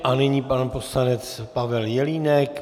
A nyní pan poslanec Pavel Jelínek.